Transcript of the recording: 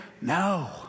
No